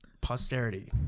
Posterity